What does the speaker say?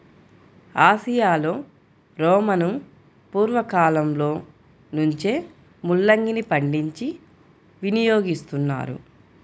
ఆసియాలో రోమను పూర్వ కాలంలో నుంచే ముల్లంగిని పండించి వినియోగిస్తున్నారు